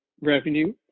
revenue